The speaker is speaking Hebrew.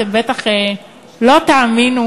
אתם בטח לא תאמינו,